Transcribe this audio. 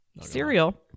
Cereal